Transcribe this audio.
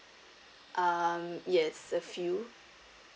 um yes a few